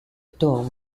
term